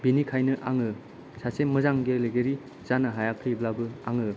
बेनिखायनो आङो सासे मोजां गेलेगिरि जानो हायाखैब्लाबो आङो